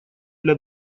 для